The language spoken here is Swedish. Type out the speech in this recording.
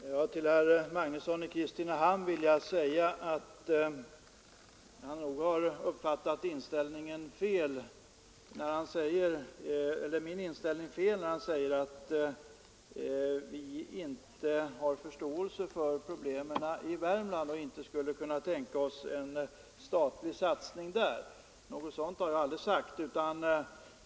Herr talman! Herr Magnusson i Kristinehamn har nog missuppfattat min inställning när han säger att jag inte har förståelse för problemen i Värmland och inte skulle kunna tänka mig en statlig satsning där. Något sådant har jag aldrig sagt.